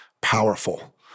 powerful